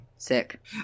Sick